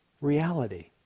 reality